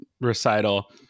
recital